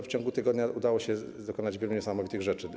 W ciągu tygodnia udało się dokonać wielu niesamowitych rzeczy.